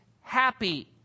happy